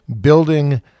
building